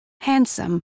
handsome